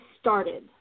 started